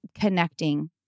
connecting